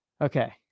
Okay